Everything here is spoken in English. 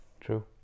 True